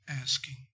asking